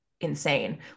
insane